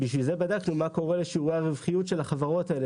בשביל זה בדקנו מה קורה לשיעורי הרווחיות של החברות האלה